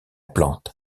plante